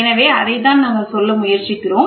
எனவே அதைத்தான் நாங்கள் சொல்ல முயற்சிக்கிறோம்